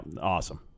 Awesome